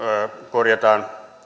korjata